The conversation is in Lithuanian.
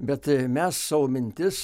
bet mes savo mintis